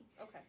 Okay